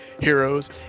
Heroes